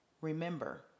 Remember